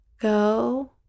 Go